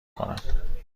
کنم